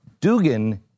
Dugan